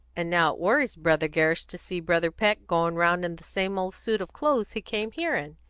and now it worries brother gerrish to see brother peck going round in the same old suit of clothes he came here in,